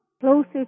Closer